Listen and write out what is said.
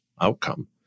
outcome